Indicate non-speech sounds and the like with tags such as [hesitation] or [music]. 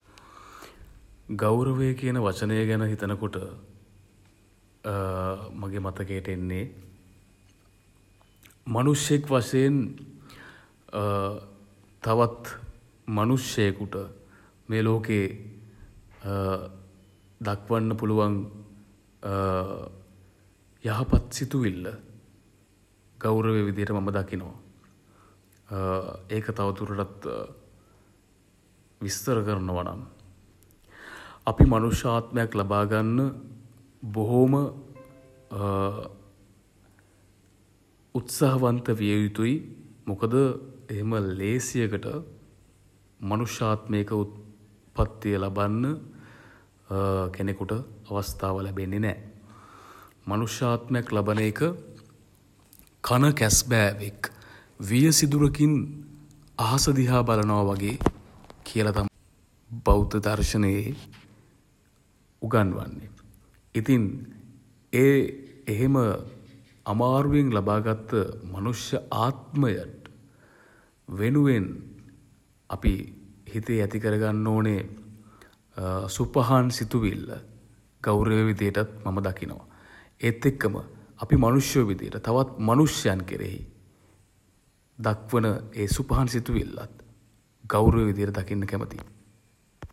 ගෞරවය කියන වචනය ගැන හිතන කොට [hesitation] මගේ මතකයට එන්නේ [hesitation] මනුෂ්‍යයෙක් වශයෙන් [hesitation] තවත් [hesitation] මනුෂ්‍යයෙකුට [hesitation] මේ ලෝකේ [hesitation] දක්වන්න පුළුවන් [hesitation] යහපත් සිතුවිල්ල [hesitation] ගෞරවය විදියට මම දකිනවා. ඒක තව දුරටත් [hesitation] විස්තර කරනවා නම් [hesitation] අපි මනුෂ්‍ය ආත්මයක් ලබා ගන්න [hesitation] බොහොම [hesitation] උත්සහවන්ත විය යුතුයි. [hesitation] මොකද [hesitation] එහෙම ලේසියකට [hesitation] මනුෂ්‍ය ආත්මයක [hesitation] උත්පත්තිය ලබන්න [hesitation] කෙනෙකුට [hesitation] අවස්තාව ලැබෙන්නේ නෑ. මනුෂ්‍ය ආත්මයක් ලබන එක [hesitation] කණ කැස්බෑවෙක් [hesitation] විය සිදුරකින් [hesitation] අහස දිහා බලනව වගේ [hesitation] කියල තමයි [hesitation] බෞද්ධ දර්ශනයේ [hesitation] උගන්වන්නේ. ඉතින් [hesitation] ඒ [hesitation] එහෙම [hesitation] අමාරුවෙන් ලබා ගත්ත [hesitation] මනුෂ්‍ය ආත්මය [hesitation] වෙනුවෙන් [hesitation] අපි හිතේ ඇති කරගන්න ඕනේ [hesitation] සුපහන් සිතුවිල්ල [hesitation] ගෞරවය විදිහටත් [hesitation] මම දකිනවා. ඒත් එක්කම අපි [hesitation] මනුෂ්‍යයෝ විදියට තවත් [hesitation] මනුෂ්‍යයන් කෙරෙහි [hesitation] දක්වන [hesitation] ඒ සුපහන් සිතුවිල්ලත් [hesitation] ගෞරවය විදිහට දකින්න කැමතියි.